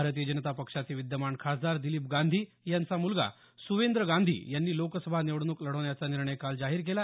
भारतीय जनता पक्षाचे विद्यमान खासदार दिलीप गांधी यांचा मुलगा सुवेंद्र गांधी यांनी लोकसभा निवडणूक अपक्ष लढवण्याचा निर्णय काल जाहीर केला